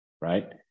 right